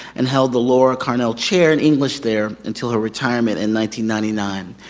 and held the laura carnell chair in english there until her retirement and ninety ninety nine.